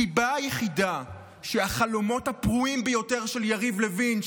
הסיבה היחידה שהחלומות הפרועים ביותר של יריב לוין,